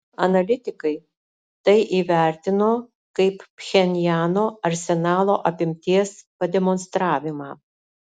analitikai tai įvertino kaip pchenjano arsenalo apimties pademonstravimą